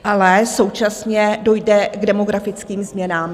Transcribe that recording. Ale současně dojde k demografickým změnám.